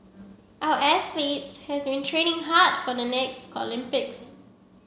our athletes has been training hard for the next Olympics